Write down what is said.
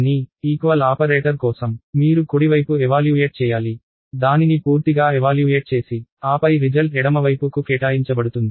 కానీ ఆపరేటర్ కోసం మీరు కుడివైపు ఎవాల్యూయేట్ చేయాలి దానిని పూర్తిగా ఎవాల్యూయేట్ చేసి ఆపై రిజల్ట్ ఎడమవైపు కు కేటాయించబడుతుంది